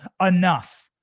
enough